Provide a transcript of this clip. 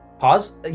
pause